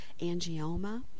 angioma